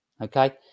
okay